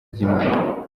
ry’imana